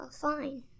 fine